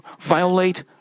violate